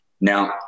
Now